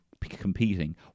competing